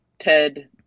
Ted